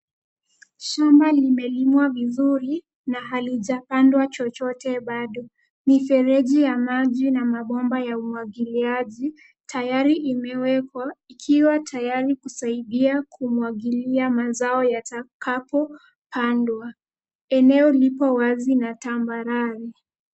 Shamba limelimwa vizuri na halijapandwa chochote bado. Mifereji ya maji na mabomba ya umwagiliaji tayari imewekwa ikiwa tayari kusaidia kumwagilia mazao yatakapo pandwa. Eneo lipo wazi na tambarare.